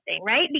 right